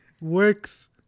works